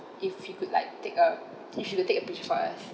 if she could like take a if she could take a pictures for us